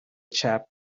chap